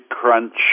crunch